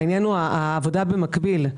העניין הוא העבודה במקביל.